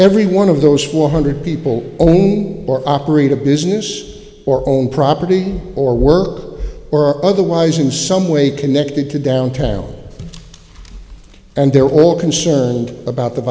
every one of those one hundred people own or operate a business or own property or work or otherwise in some way connected to downtown and they're all concerned about the